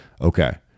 okay